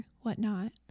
whatnot